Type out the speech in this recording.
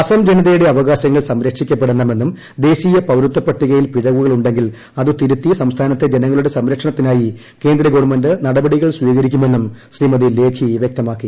അസം ജനതയുടെ അവകാശങ്ങൾ സംരക്ഷിക്കപ്പെടണമെന്നും ദേശീയ പൌരത്വ പട്ടികയിൽ പിഴവുണ്ടെങ്കിൽ അത് തിരുത്തി ് സംസ്ഥാനത്തെ ജനങ്ങളുടെ സംരക്ഷണത്തിനായി കേന്ദ്ര ഗവൺമെന്റ് നടപടികൾ സ്വീകരിക്കുമെന്നും ശ്രീമതി ലേഖി വൃക്തമാക്കി